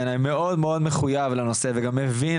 שבעיניי מאוד מאוד מחויב לנושא וגם מבין